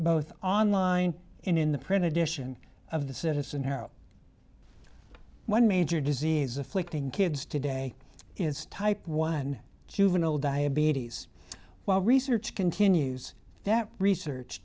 both online and in the print edition of the citizen one major disease afflicting kids today is type one juvenile diabetes while research continues that research